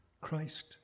Christ